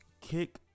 kick